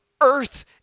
earth